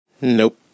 Nope